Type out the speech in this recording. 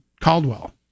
Caldwell